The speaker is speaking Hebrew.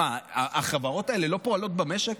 מה, החברות האלה לא פועלות במשק?